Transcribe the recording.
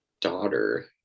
daughter